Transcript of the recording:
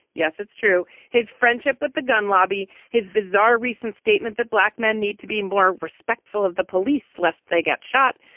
yes, it's true. his friendship with the gun lobby, his bizarre recent statement that black men need to be more respectful of the police lest they get shot.